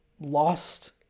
lost